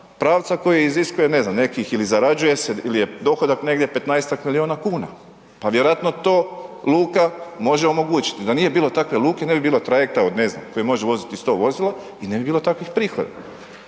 pravca koji iziskuje, ne znam nekih ili zarađuje se ili je dohodak negdje 15-tak milijuna kuna. Pa vjerojatno to luka može omogućiti. Da nije bilo takve luke, ne bi bilo trajekta, od ne znam, koji može voziti 100 vozila i ne bilo takvih prihoda.